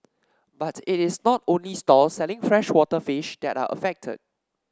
but it is not only stalls selling freshwater fish that are affected